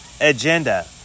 agenda